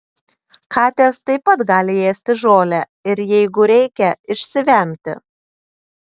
katės taip pat gali ėsti žolę ir jeigu reikia išsivemti